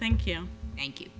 thank you thank you